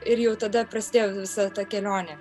ir jau tada prasidėjo visa ta kelionė